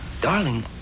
Darling